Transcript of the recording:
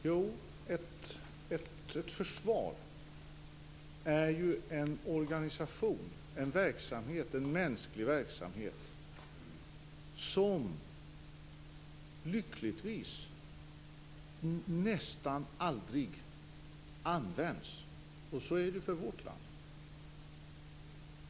Fru talman! Ett försvar är en organisation, en mänsklig verksamhet som lyckligtvis nästan aldrig används. Så är det för vårt land.